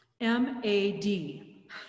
M-A-D